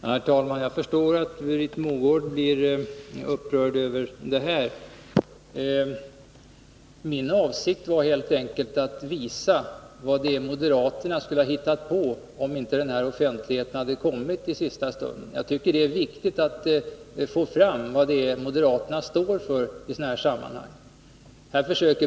Herr talman! Jag förstår att Britt Mogård blir upprörd över det här. Min avsikt var helt enkelt att visa vad moderaterna skulle ha hittat på om inte den här offentligheten kommit i sista stund. Jag tycker att det är viktigt att få fram vad moderaterna står för i sådana här sammanhang.